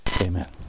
Amen